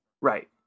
Right